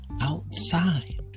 outside